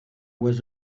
was